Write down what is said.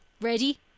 ready